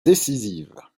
décisives